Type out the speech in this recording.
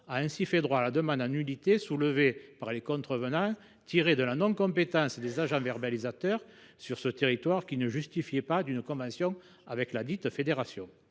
a ainsi fait droit à la demande en nullité soulevée par les contrevenants en se fondant sur l’absence de compétence des agents verbalisateurs sur ce territoire, qui ne justifiait pas d’une convention avec ladite fédération.